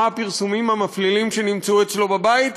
מה הפרסומים המפלילים שנמצאו אצלו בבית?